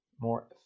more